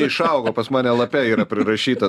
išaugo pas mane lape yra prirašyta